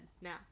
now